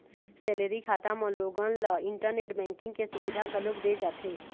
salary खाता म लोगन ल इंटरनेट बेंकिंग के सुबिधा घलोक दे जाथे